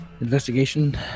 Investigation